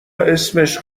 اسمش